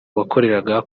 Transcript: wakoreraga